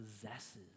possesses